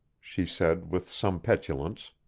she said with some petulance.